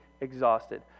exhausted